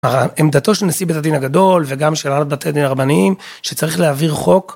עמדתו של נשיא בית הדין הגדול וגם של הרב בתי דין הרבניים שצריך להעביר חוק.